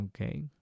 Okay